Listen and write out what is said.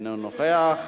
איננו נוכח.